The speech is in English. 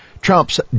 Trump's